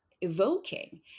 evoking